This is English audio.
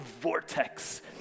vortex